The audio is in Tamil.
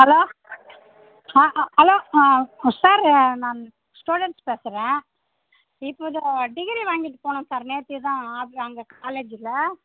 ஹலோ ஹலோ சார் நான் ஸ்டூடண்ட்ஸ் பேசுகிறேன் இப்போதான் டிகிரி வாங்கிகிட்டு போனேன் சார் நேற்றுதான் அங்கே காலேஜில்